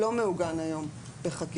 זה לא מעוגן היום בחקיקה.